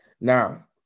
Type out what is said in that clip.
Now